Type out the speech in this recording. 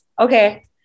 Okay